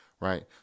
right